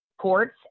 ports